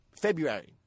February